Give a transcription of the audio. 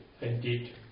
indeed